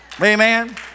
Amen